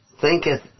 thinketh